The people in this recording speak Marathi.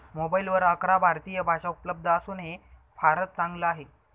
मोबाईलवर अकरा भारतीय भाषा उपलब्ध असून हे फारच चांगल आहे